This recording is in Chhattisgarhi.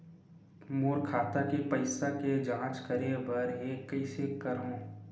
मोर खाता के पईसा के जांच करे बर हे, कइसे करंव?